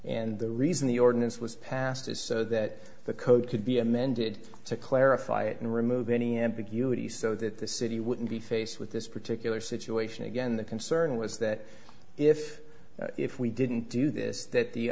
and the reason the ordinance was passed is so that the code could be amended to clarify it and remove any ambiguity so that the city wouldn't be faced with this particular situation again the concern was that if if we didn't do this that the